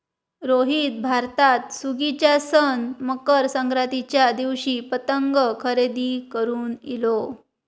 रोहित भारतात सुगीच्या सण मकर संक्रांतीच्या दिवशी पतंग खरेदी करून इलो